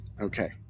Okay